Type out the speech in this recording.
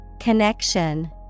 Connection